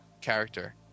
character